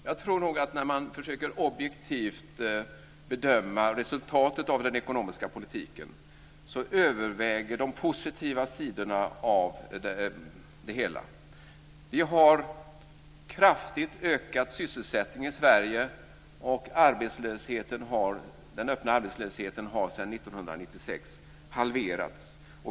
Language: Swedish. Herr talman! När man försöker att objektivt bedöma resultatet av den ekonomiska politiken tror jag nog att de positiva sidorna överväger. Vi har kraftigt ökat sysselsättningen i Sverige, och den öppna arbetslösheten har sedan 1996 halverats.